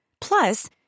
Plus